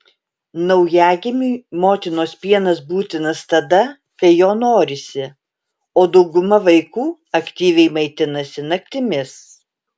naujagimiui motinos pienas būtinas tada kai jo norisi o dauguma vaikų aktyviai maitinasi naktimis